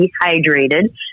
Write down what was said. dehydrated